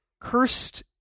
Cursed